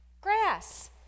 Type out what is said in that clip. grass